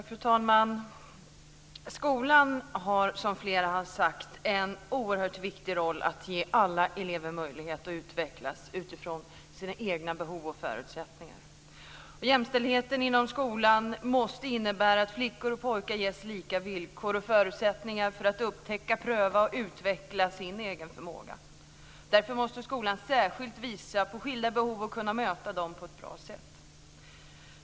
Fru talman! Skolan har, som flera här har sagt, en oerhört viktig roll att ge alla elever möjligheter att utvecklas utifrån sina egna behov och förutsättningar. Jämställdheten inom skolan måste innebära att flickor och pojkar ges lika villkor och förutsättningar för att upptäcka, pröva och utveckla sin egen förmåga. Därför måste skolan kunna möta skilda behov på ett bra sätt.